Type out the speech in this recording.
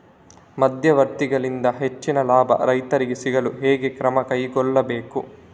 ಮಧ್ಯವರ್ತಿಗಳಿಂದ ಹೆಚ್ಚಿನ ಲಾಭ ರೈತರಿಗೆ ಸಿಗಲು ಹೇಗೆ ಕ್ರಮ ಕೈಗೊಳ್ಳಬೇಕು?